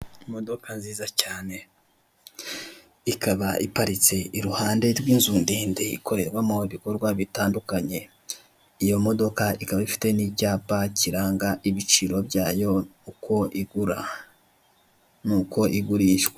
Imodoka nziza cyane ikaba iparitse iruhande rw'inzu ndende ikorerwamo ibikorwa bitandukanye, iyo modoka ikaba ifite n'icyapa kiranga ibiciro byayo uko igura n'uko igurishwa.